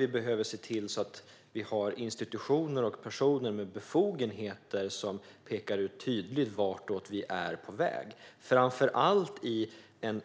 Vi behöver se till att ha institutioner och personer med befogenhet som tydligt kan peka ut vartåt vi är på väg - framför allt i en